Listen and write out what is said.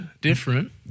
Different